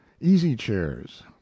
easy-chairs